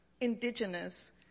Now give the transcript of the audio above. indigenous